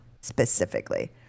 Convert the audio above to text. specifically